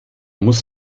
muss